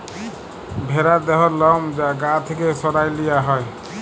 ভ্যারার দেহর লম যা গা থ্যাকে সরাঁয় লিয়া হ্যয়